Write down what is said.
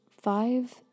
five